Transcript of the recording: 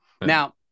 Now